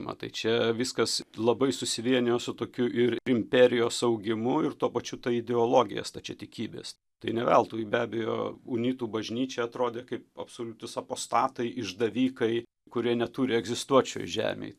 matai čia viskas labai susivienijo su tokiu ir imperijos augimu ir tuo pačiu ta ideologija stačiatikybės tai ne veltui be abejo unitų bažnyčia atrodė kaip absoliutūs apostatai išdavikai kurie neturi egzistuot šioj žemėj